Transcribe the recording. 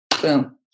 Boom